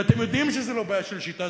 ואתם יודעים שזה לא בעיה של שיטה,